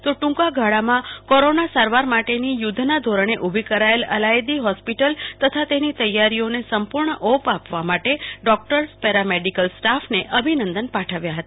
તો ટ્રંકા ગાળામાં કોરોના સારવાર માટેની જ યુદ્ધના ધોરણે ઉભી કરાયેલ અલાયદી હોસ્પિટલ તથા તેની તૈયારીઓ ને સંપૂર્ણ ઓપ આપવા માટે ડોક્ટર્સ પેરા મેડીકલ સ્ટાફને અભિનંદન પાઠવ્યા હતા